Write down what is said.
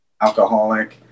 alcoholic